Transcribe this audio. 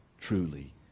truly